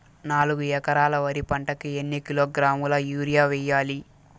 నాలుగు ఎకరాలు వరి పంటకి ఎన్ని కిలోగ్రాముల యూరియ వేయాలి?